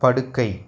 படுக்கை